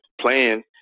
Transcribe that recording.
playing